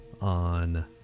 on